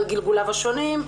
על גלגוליו השונים.